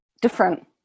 different